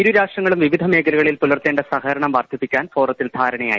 ഇരു രാഷ്ട്രങ്ങളും വിവിധ മേഖലകളിൽ പൂലർത്തേണ്ട സഹകരണം വർദ്ധി പ്പിക്കാനും ഫോറത്തിൽ ധാര്യണിയായി